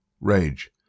rage